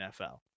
NFL